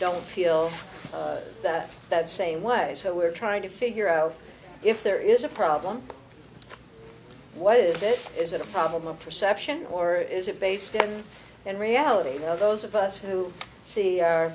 don't feel that that same way so we're trying to figure out if there is a problem what is it is it a problem of perception or is it based on in reality you know those of us who see